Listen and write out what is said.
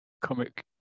comic